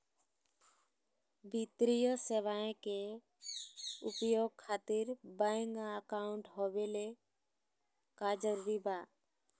वित्तीय सेवाएं के उपयोग खातिर बैंक अकाउंट होबे का जरूरी बा?